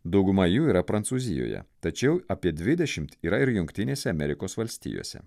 dauguma jų yra prancūzijoje tačiau apie dvidešimt yra ir jungtinėse amerikos valstijose